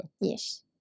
Yes